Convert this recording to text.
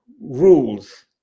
rules